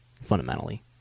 fundamentally